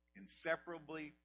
inseparably